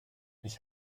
ich